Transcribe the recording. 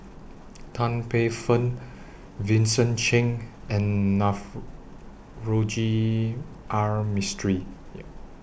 Tan Paey Fern Vincent Cheng and Navroji R Mistri